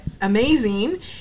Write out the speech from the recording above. amazing